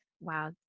wow